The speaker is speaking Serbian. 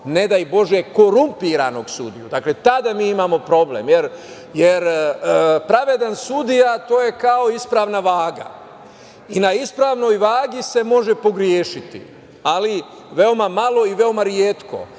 ne daj bože, korumpiranog sudiju, dakle, tada mi imamo problem. Jer pravedan sudija, to je kao ispravna vaga. I na ispravnoj vagi se može pogrešiti, ali veoma malo i veoma retko.